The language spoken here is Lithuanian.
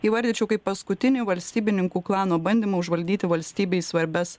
įvardyčiau kaip paskutinį valstybininkų klano bandymą užvaldyti valstybei svarbias